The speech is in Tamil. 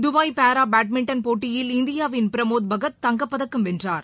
தபாய் பாராபேட்மிண்டன் போட்டியில் இந்தியாவின் பிரமோத் பகத் தங்கப்பதக்கம் வென்றார்